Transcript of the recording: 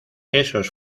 esos